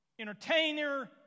entertainer